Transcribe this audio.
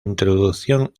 introducción